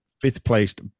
Fifth-placed